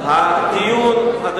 הדיון בוועדת הכנסת,